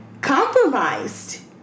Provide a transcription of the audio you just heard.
compromised